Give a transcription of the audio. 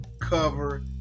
cover